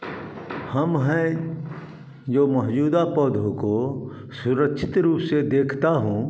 हम हैं जो मौजूदा पौधों को सुरक्षित रूप से देखता हूँ